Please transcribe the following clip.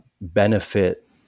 benefit